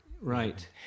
Right